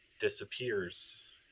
disappears